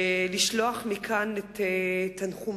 אני רוצה לשלוח מכאן את תנחומי